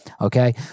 okay